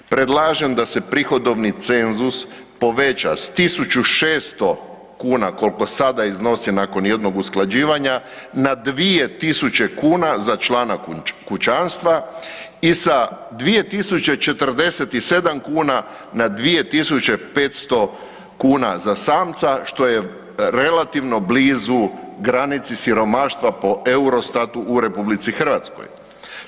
Predlažem da se prihodovni cenzus poveća s 1600 kuna koliko sada iznosi nakon jednog usklađivanja na 2000 kuna za člana kućanstva i sa 2047 kuna na 2500 kuna za samca što je relativno blizu granici siromaštva po Eurostatu u Republici Hrvatskoj.